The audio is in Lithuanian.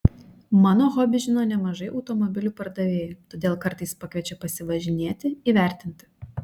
mano hobį žino nemažai automobilių pardavėjų todėl kartais pakviečia pasivažinėti įvertinti